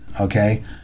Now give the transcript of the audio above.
okay